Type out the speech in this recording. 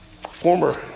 Former